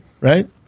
right